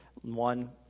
One